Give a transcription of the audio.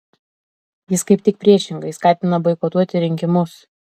jis kaip tik priešingai skatina boikotuoti rinkimus